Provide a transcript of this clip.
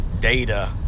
data